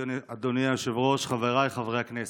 אדוני היושב-ראש, חבריי חברי הכנסת,